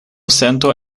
sento